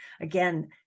Again